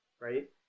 right